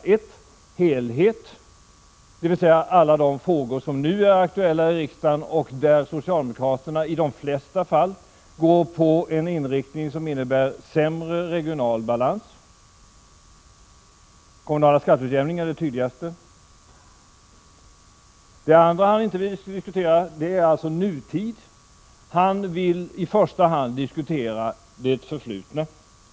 Den första är helhet — alla de frågor som nu är aktuella i riksdagen och där socialdemokratin i de flesta fall går på en inriktning som innebär sämre regional balans; kommunal skatteutjämning är det tydligaste exemplet. Det andra han inte gärna vill diskutera är nutid — han vill i första hand diskutera det förflutna.